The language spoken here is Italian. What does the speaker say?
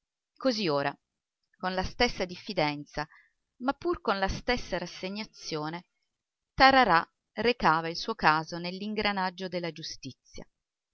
così ora con la stessa diffidenza ma pur con la stessa rassegnazione tararà recava il suo caso nell'ingranaggio della giustizia